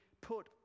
put